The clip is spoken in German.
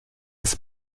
ist